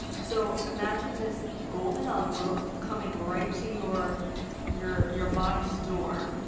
so imagine this golden ah envelope coming right to your your your mind's door,